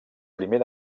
primer